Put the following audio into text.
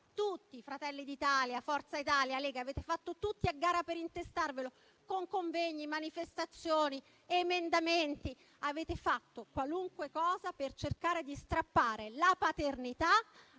gara - Fratelli d'Italia, Forza Italia e Lega - per intestarvelo con convegni, manifestazioni, emendamenti; avete fatto qualunque cosa per cercare di strappare la paternità